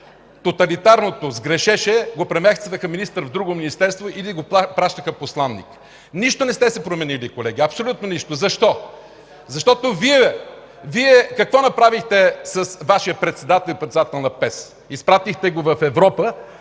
министър сгрешеше, го преместваха министър в друго министерство или го пращаха посланик. В нищо не сте се променили, колеги, в абсолютно нищо! Защо? Защото Вие какво направихте с Вашия председател и председател на ПЕС? Изпратихте го в Европа,